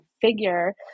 figure